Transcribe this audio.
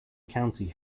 county